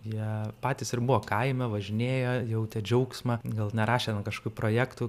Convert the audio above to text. jie patys ir buvo kaime važinėjo jautė džiaugsmą gal nerašė ten kažkokių projektų